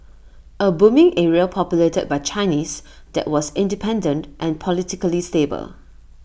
A booming area populated by Chinese that was independent and politically stable